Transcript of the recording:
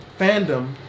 Fandom